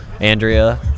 Andrea